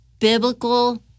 biblical